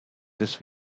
this